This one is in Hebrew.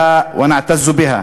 בנו,